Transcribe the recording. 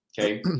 Okay